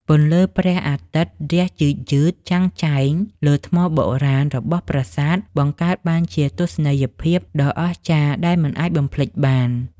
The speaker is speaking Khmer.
ពន្លឺព្រះអាទិត្យរះយឺតៗចាំងចែងលើថ្មបុរាណរបស់ប្រាសាទបង្កើតបានជាទស្សនីយភាពដ៏អស្ចារ្យដែលមិនអាចបំភ្លេចបាន។